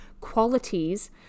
qualities